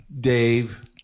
Dave